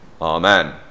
Amen